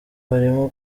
harimo